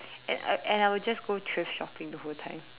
and I and I will just go thrift shopping the whole time